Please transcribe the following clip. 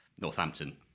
Northampton